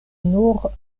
nur